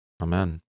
Amen